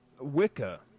Wicca